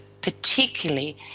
particularly